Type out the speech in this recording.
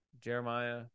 Jeremiah